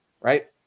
right